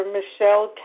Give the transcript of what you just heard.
Michelle